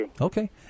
Okay